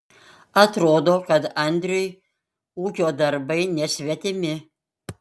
atrodo kad andriui ūkio darbai nesvetimi